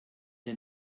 der